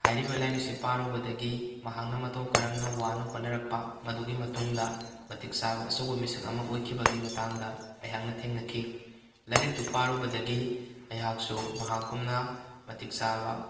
ꯍꯥꯏꯔꯤꯕ ꯂꯥꯏꯔꯤꯛꯁꯦ ꯄꯥꯔꯨꯕꯗꯒꯤ ꯃꯍꯥꯛꯅ ꯃꯇꯧ ꯀꯔꯝꯅ ꯋꯥꯅ ꯍꯣꯠꯅꯔꯛꯄ ꯃꯗꯨꯒꯤ ꯃꯇꯨꯡꯗ ꯃꯇꯤꯛ ꯆꯥꯕ ꯑꯆꯧꯕ ꯃꯤꯁꯛ ꯑꯃ ꯑꯣꯏꯈꯤꯕꯒꯤ ꯃꯇꯥꯡꯗ ꯑꯩꯍꯥꯛꯅ ꯊꯦꯡꯅꯈꯤ ꯂꯥꯏꯔꯤꯛꯇꯨ ꯄꯥꯔꯨꯕꯗꯒꯤ ꯑꯩꯍꯥꯛꯁꯨ ꯃꯍꯥꯛꯀꯨꯝꯅ ꯃꯇꯤꯛ ꯆꯥꯕ